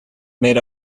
made